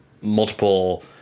multiple